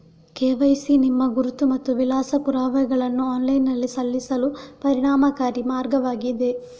KYC ನಿಮ್ಮ ಗುರುತು ಮತ್ತು ವಿಳಾಸ ಪುರಾವೆಗಳನ್ನು ಆನ್ಲೈನಿನಲ್ಲಿ ಸಲ್ಲಿಸಲು ಪರಿಣಾಮಕಾರಿ ಮಾರ್ಗವಾಗಿದೆ